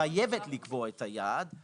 חייבת לקבוע את היעד,